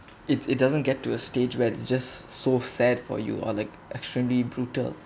it's it doesn't get to a stage where just so sad for you or like extremely brutal